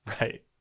Right